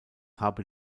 habe